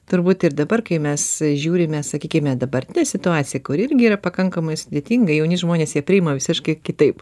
turbūt ir dabar kai mes žiūrime sakykime dabartinę situaciją kuri irgi yra pakankamai sudėtinga jauni žmonės ją priima visiškai kitaip